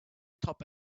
top